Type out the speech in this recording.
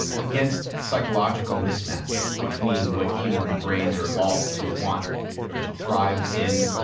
against psychological mismatch between what human brains are evolved to want, or to thrive in,